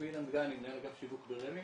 שמי אילן דגני, מנהל אגף שיווק ברמ"י.